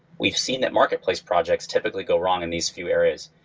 we've seen that marketplace projects typically go wrong in these few areas.